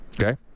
Okay